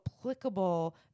applicable